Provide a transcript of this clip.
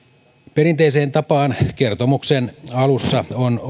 perinteiseen tapaan kertomuksen alussa on